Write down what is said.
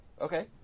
okay